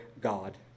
God